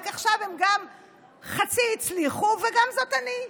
רק שעכשיו הם גם חצי הצליחו וגם זאת אני,